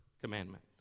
commandment